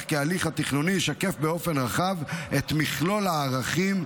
כי ההליך התכנוני ישקף באופן רחב את מכלול הערכים,